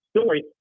story